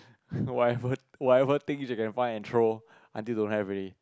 whatever whatever thing she can find and throw until don't have already